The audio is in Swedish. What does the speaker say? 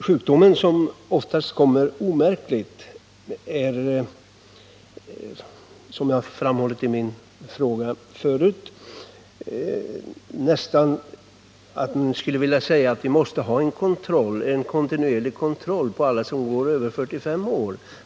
Sjukdomen, som oftast kommer omärkligt, är — såsom jag framhållit i min fråga förut — så smygande att jag skulle vilja säga att vi borde ha en kontinuerlig ögonkontroll av alla människor över 45 år.